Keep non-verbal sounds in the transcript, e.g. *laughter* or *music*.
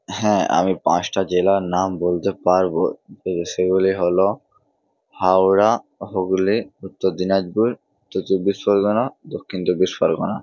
হ্যাঁ আমি পাঁচটা জেলার নাম বলতে পারব *unintelligible* সেগুলি হলো হাওড়া হুগলি উত্তর দিনাজপুর উত্তর চব্বিশ পরগনা দক্ষিণ চব্বিশ পরগনা